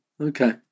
Okay